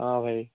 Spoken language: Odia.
ହଁ ଭାଇ